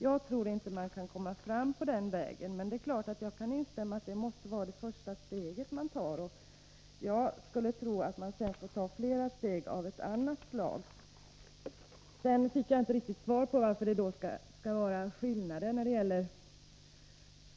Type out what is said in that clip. Jag tror inte man kan komma fram på den vägen, men jag instämmer i att överläggningar måste vara det första steget. Jag skulle tro att man sedan tar flera steg av annat slag. Jag fick inte något riktigt svar på varför det när det gäller barnomsorgen skall vara en skillnad i förhållande till